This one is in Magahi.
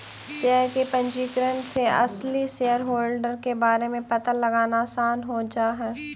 शेयर के पंजीकरण से असली शेयरहोल्डर के बारे में पता लगाना आसान हो जा हई